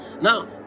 now